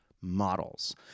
models